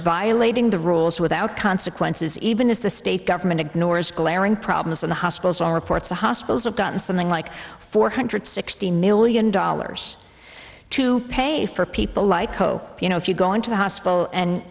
violating the rules without consequences even if the state government ignores glaring problems in the hospital reports the hospitals have gotten something like four hundred sixty million dollars to pay for people like oh you know if you go into the hospital and